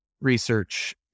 research